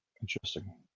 Interesting